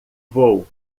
vou